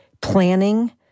planning